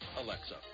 Alexa